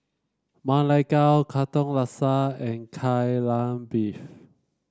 Ma Lai Gao Katong Laksa and Kai Lan Beef